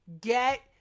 get